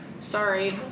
Sorry